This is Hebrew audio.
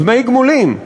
דמי גמולים.